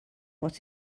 what